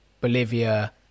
bolivia